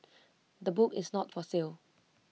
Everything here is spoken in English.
the book is not for sale